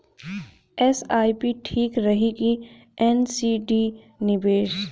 SIP ठीक रही कि एन.सी.डी निवेश?